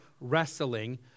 wrestling